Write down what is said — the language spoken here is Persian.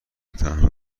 تنها